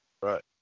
Right